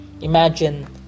Imagine